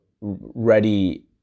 ready